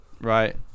right